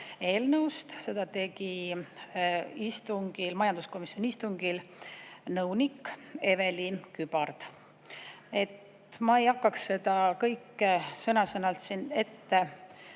eelnõust, seda tegi majanduskomisjoni istungil nõunik Eve-Ly Kübard. Ma ei hakkaks seda kõike sõna-sõnalt ette